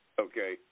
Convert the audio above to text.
Okay